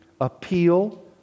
Appeal